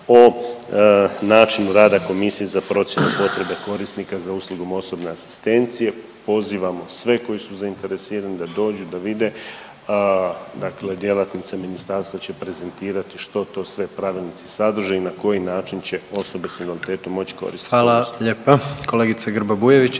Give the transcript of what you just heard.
o načinu rada Komisije za procjenu potrebe korisnika za uslugom osobne asistencije. Pozivamo sve koji su zainteresirani da dođu i da vide dakle djelatnice ministarstva će prezentirati što to sve pravilnici sadrže i na koji način će osobe s invaliditetom moć koristit te usluge. **Jandroković,